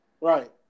Right